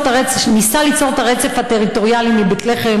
שניסה ליצור את הרצף הטריטוריאלי מבית לחם,